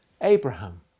Abraham